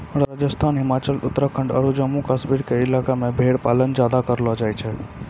राजस्थान, हिमाचल, उत्तराखंड आरो जम्मू कश्मीर के इलाका मॅ भेड़ पालन ज्यादा करलो जाय छै